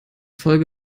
folge